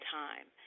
time